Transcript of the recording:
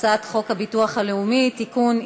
הצעת חוק הביטוח הלאומי (תיקון,